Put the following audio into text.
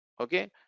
okay